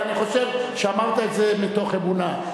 אבל אני חושב שאמרת את זה מתוך אמונה,